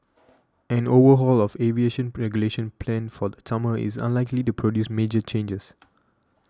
an overhaul of aviation plague regulation planned for the summer is unlikely to produce major changes